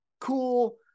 cool